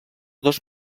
dos